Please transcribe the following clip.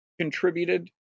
contributed